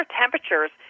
temperatures